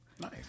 Nice